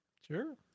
Sure